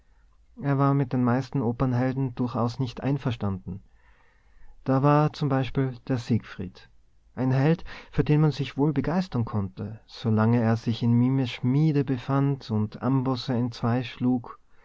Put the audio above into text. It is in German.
er war mit den meisten opernhelden durchaus nicht einverstanden da war zum beispiel der siegfried ein held für den man sich wohl begeistern konnte solange er sich in mimes schmiede befand und ambosse entzweischlug